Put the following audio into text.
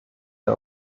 der